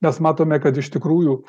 mes matome kad iš tikrųjų